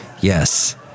Yes